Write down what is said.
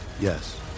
Yes